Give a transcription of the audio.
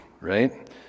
right